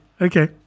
okay